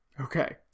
Okay